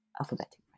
alphabetic